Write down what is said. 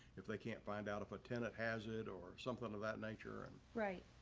if they can't find out if a tenant has it or something of that nature and right.